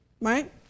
Right